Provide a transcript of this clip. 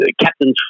captains